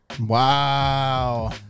Wow